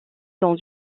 dans